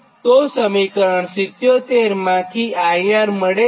તો સમીકરણ 77 માંથી IR મળે છે